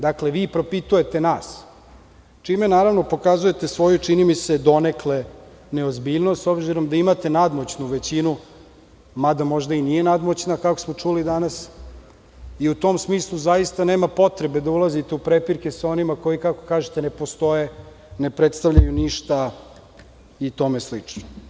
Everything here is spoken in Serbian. Dakle, vi propitujete nas, čime naravno pokazujete svoju, čini mi se, donekle neozbiljnost, s obzirom da imate nadmoćnu većinu, mada možda i nije nadmoćna, kako smo čuli danas, i u tom smislu zaista nema potrebe da ulazite u prepirke sa onima koji, kako kažete, ne postoje, ne predstavljaju ništa i tome slično.